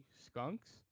Skunks